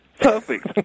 Perfect